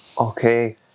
Okay